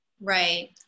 Right